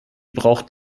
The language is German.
braucht